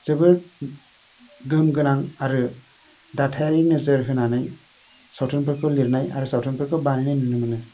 जोबोर गोहोम गोनां आरो दाथायारि नोजोर होनानै सावथुनफोरखौ लिरनाय आरो सावथुनफोरखौ बानायनाय नुनो मोनो